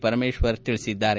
ಪರಮೇಶ್ವರ್ ಹೇಳಿದ್ದಾರೆ